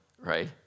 right